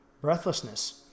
breathlessness